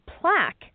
plaque